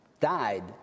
died